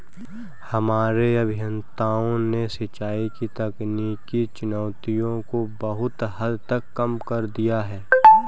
हमारे अभियंताओं ने सिंचाई की तकनीकी चुनौतियों को बहुत हद तक कम कर दिया है